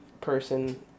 person